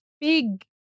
big